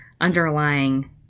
underlying